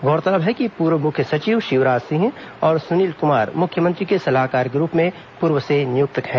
गौरतलब है कि पूर्व मुख्य सचिव शिवराज सिंह और सुनील कुमार मुख्यमंत्री के सलाहकार के रूप में पूर्व से नियुक्त हैं